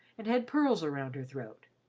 and had pearls around her throat.